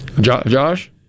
Josh